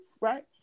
right